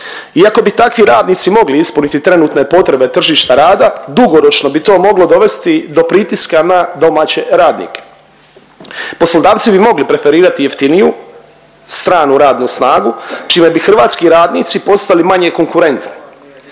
Iako bi takvi radnici mogli ispuniti trenutne potrebe tržišta rada, dugoročno bi to moglo dovesti do pritiska na domaće radnike. Poslodavci bi mogli preferirati jeftiniju stranu radnu snagu, čime bi hrvatski radnici postali manje konkurentni.